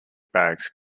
bags